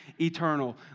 eternal